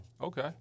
Okay